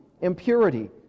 impurity